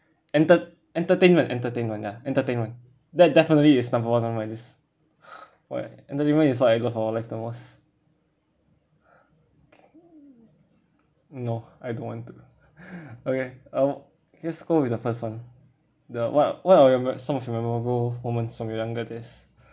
entere~ entertainment entertainment ya entertainment that definitely is number one on my list what entertainment is what I love about life the most no I don't want to okay uh just go with the first one the what what are your memo~ some of your memorable moments from your younger days